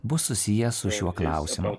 bus susiję su šiuo klausimu